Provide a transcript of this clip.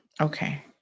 Okay